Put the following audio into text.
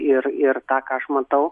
ir ir tą ką aš matau